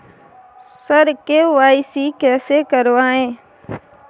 sir KYC कैसे करवाएं